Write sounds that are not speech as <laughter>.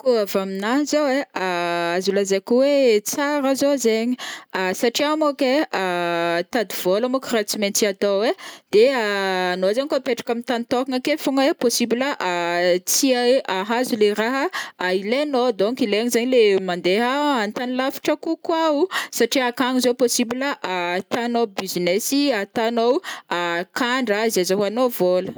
Koa avy amina zao ai, <hesitation> azo lazaiko oe tsara zao zegny a satria monko ai <hesitation> tady vôla monko ra tsy maintsy atao ai, de <hesitation> anô zegny kô mipetraka ami tagny tokagna ake fogna e possible <hesitation> tsy ahazo le raha ilainao donc ilaigny zegny le mande an-tany lavitra kokoà o satria akagny zao possible <hesitation> ahitanao business ahitanao <hesitation> kandra zay azahoanô vôla.